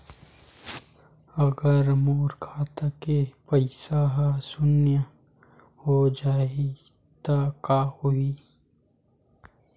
अगर मोर खाता के पईसा ह शून्य हो जाही त का होही?